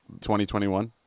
2021